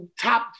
top